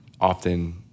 often